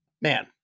man